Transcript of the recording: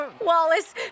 Wallace